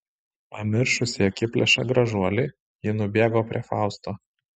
pamiršusi akiplėšą gražuolį ji nubėgo prie fausto